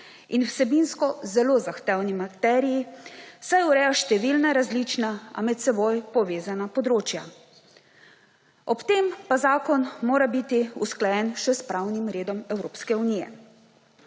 in v vsebinsko zelo zahtevni materiji se ureja številna različna, a med seboj povezana področja. Ob tem pa zakon mora biti usklajen še s pravnim redom Evropske unije.